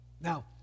Now